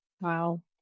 Wow